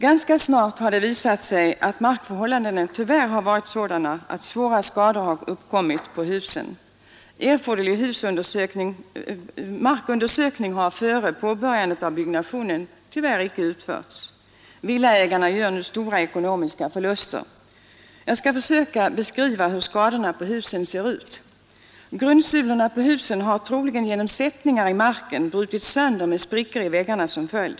Ganska snart har det visat sig att markförhållandena tyvärr har varit sådana att svåra skador uppkommit på husen. Erforderlig markunder sökning har före påbörjandet av byggnationen icke utförts. Villaägarna gör nu stora ekonomiska förluster. Jag skall försöka beskriva hur skadorna på husen ser ut. Grundsulorna på husen har, troligen genom sättningar i marken, brutits sönder med sprickor i väggarna som följd.